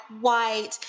white